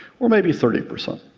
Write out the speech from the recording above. or maybe thirty percent.